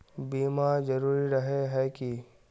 बीमा जरूरी रहे है की?